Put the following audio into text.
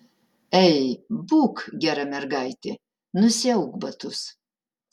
ei būk gera mergaitė nusiauk batus